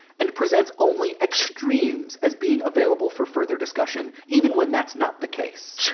and presents only extremes as being available for further discussion, even when that's not the case.